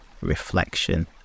reflection